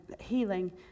healing